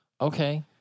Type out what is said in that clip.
Okay